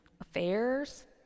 affairs